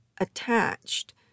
attached